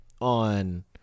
on